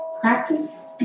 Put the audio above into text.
Practice